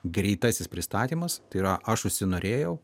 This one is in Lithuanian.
greitasis pristatymas tai yra aš užsinorėjau